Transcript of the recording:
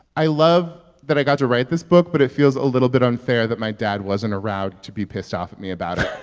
i love that i got to write this book, but it feels a little bit unfair that my dad wasn't around to be pissed off at me about it.